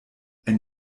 ein